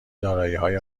داراییهای